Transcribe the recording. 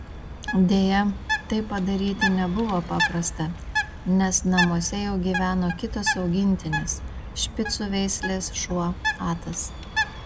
deja tai padaryti nebuvo paprasta nes namuose jau gyveno kitas augintinis špicų veislės šuo atas